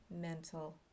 mental